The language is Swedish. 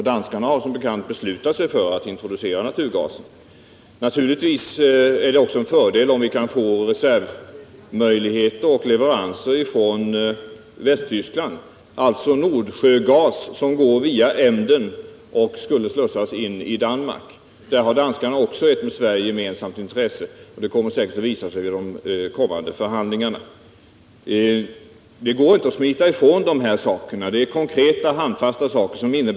Danskarna har som bekant beslutat sig för att introducera naturgas. Naturligtvis är det en fördel om vi kan få leveranser från Västtyskland, alltså Nordsjögas som via Emden slussas in i Danmark. Där har Danmark ett med Sverige gemensamt intresse. Det kommer säkert att visa sig vid de kommande förhandlingarna. Det går inte att smita ifrån detta. Det gäller konkreta och handfasta saker.